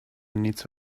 needs